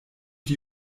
die